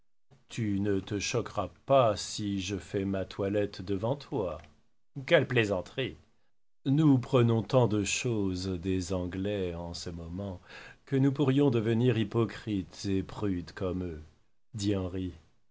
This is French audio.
tu ne te choqueras pas si je fais ma toilette devant toi quelle plaisanterie nous prenons tant de choses des anglais en ce moment que nous pourrions devenir hypocrites et prudes comme eux